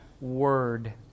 word